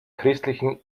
christlichen